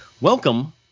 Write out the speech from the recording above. Welcome